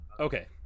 Okay